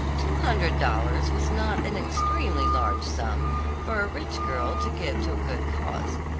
two hundred dollars was not an extremely large sum for a rich girl to give to a good cause,